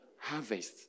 Harvest